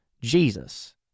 Jesus